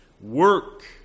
work